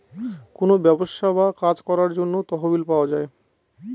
কোনো ব্যবসা বা কাজ করার জন্য তহবিল পাওয়া যায়